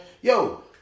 Yo